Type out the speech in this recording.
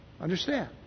Understand